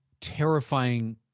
terrifying